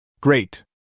Great